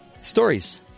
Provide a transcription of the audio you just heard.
Stories